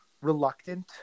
reluctant